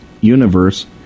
Universe